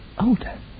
older